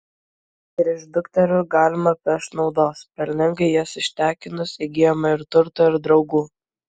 ir iš dukterų galima pešt naudos pelningai jas ištekinus įgyjama ir turto ir draugų